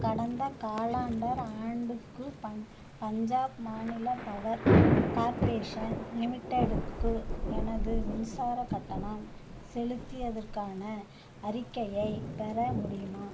கடந்த காலாண்டர் ஆண்டுக்கு பஞ் பஞ்சாப் மாநில பவர் கார்ப்பரேஷன் லிமிட்டெடுக்கு எனது மின்சாரக் கட்டணம் செலுத்தியதற்கான அறிக்கையைப் பெற முடியுமா